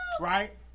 right